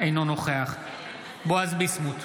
אינו נוכח בועז ביסמוט,